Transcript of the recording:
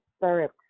syrup